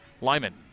Lyman